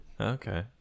okay